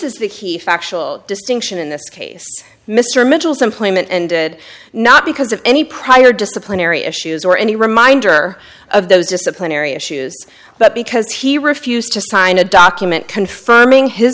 is the he factual distinction in this case mr mitchell's employment and it not because of any prior disciplinary issues or any reminder of those disciplinary issues but because he refused to sign a document confirming his